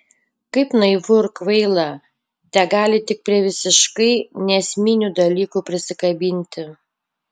kaip naivu ir kvaila tegalit tik prie visiškai neesminių dalykų prisikabinti